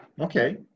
Okay